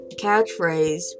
catchphrase